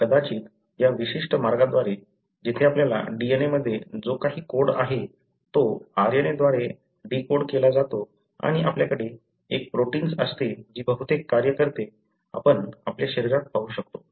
कदाचित या विशिष्ट मार्गाद्वारे जेथे आपल्या DNA मध्ये जो काही कोड आहे तो RNA द्वारे डीकोड केला जातो आणि आपल्याकडे एक प्रोटिन्स असते जी बहुतेक कार्ये करते आपण आपल्या शरीरात पाहू शकता